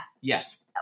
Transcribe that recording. Yes